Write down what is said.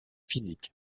physique